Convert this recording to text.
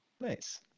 Nice